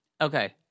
Okay